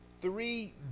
three